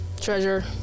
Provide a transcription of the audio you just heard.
Treasure